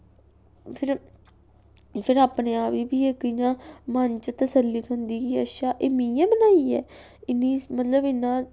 फिर फिर अपने आप गी बी इक इ'यां मन च तसल्ली थ्होंदी कि अच्छा एह् में मि'यैं बनाई ऐ इन्नी मतलब इन्ना